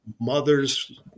Mothers